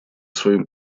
своим